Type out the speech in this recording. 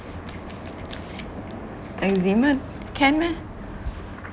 eczema can meh